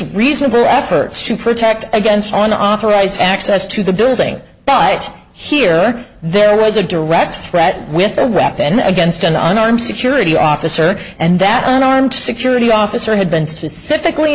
reasonable efforts to protect against an authorized access to the building but here there was a direct threat with a weapon against an arm security officer and that an armed security officer had been specifically